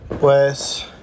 Pues